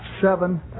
seven